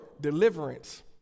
deliverance